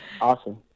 Awesome